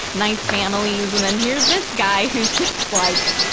nice families. and then here's this guy who's just like,